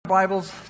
bibles